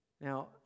Now